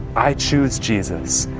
i choose jesus.